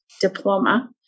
diploma